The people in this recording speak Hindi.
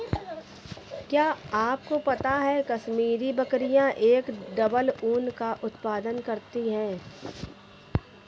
क्या आपको पता है कश्मीरी बकरियां एक डबल ऊन का उत्पादन करती हैं?